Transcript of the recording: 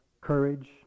courage